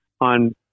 on